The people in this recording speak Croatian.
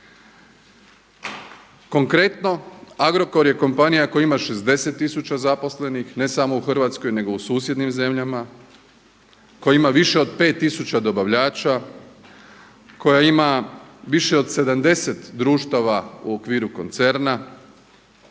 Konkretno Agrokor je kompanija koji ima 60000 zaposlenih ne samo u Hrvatskoj, nego u susjednim zemljama, koji ima više od 5000 dobavljača, koja ima više od 70 društava u okviru koncerna